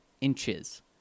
inches